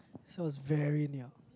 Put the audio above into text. so it's very near